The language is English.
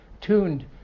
tuned